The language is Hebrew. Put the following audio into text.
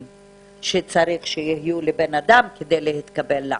שצריך שיהיו לבן-אדם כדי להתקבל לעבודה.